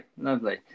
lovely